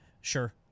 sure